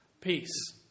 Peace